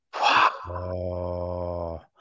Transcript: Wow